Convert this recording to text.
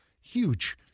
Huge